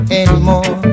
anymore